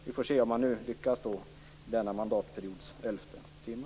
Vi får nu se hur man lyckas i denna mandatperiods elfte timme.